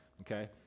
okay